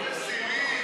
שלי